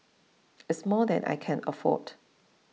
it's more than I can afford